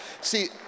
See